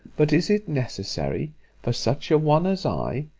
but is it necessary for such a one as i,